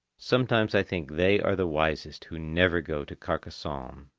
sometimes i think they are the wisest who never go to carcassonne.